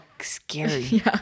scary